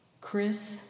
Chris